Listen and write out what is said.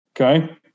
Okay